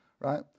right